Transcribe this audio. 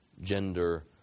gender